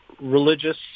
religious